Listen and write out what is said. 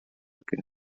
què